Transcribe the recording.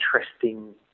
interesting